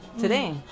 today